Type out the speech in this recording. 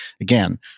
again